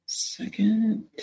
Second